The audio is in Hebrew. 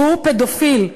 הוא פדופיל.